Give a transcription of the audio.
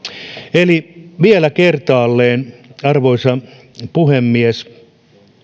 eli vielä kertaalleen arvoisa puhemies